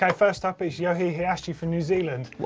um first up is yohe hirashu from new zealand.